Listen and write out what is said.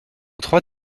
trois